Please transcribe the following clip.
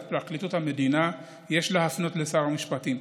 פרקליטות המדינה יש להפנות לשר המשפטים.